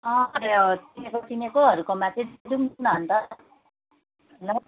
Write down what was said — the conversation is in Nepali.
अँ चिनेको चिनेकोहरूकोमा चाहिँ जाउँ न अन्त ल